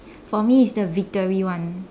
for me is the victory one